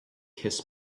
kiss